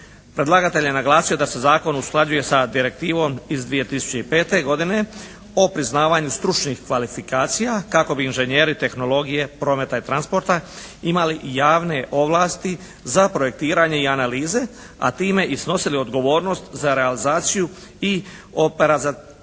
Predlagatelj je naglasio da se zakon usklađuje sa direktivom iz 2005. godine o priznavanju stručnih kvalifikacija kako bi inženjeri tehnologije prometa i transporta imali i javne ovlasti za projektiranje i analize a time i snosili odgovornost za realizaciju i operacionalizaciju